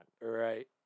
Right